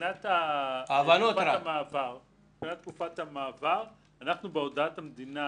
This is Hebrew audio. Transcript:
מבחינת תקופת המעבר, אנחנו בהודעת המדינה